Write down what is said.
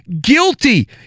Guilty